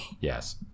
Yes